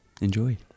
enjoy